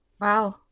Wow